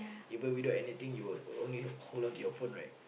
even without anything you will only hold on to your phone right